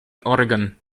oregon